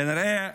כנראה,